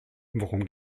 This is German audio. worum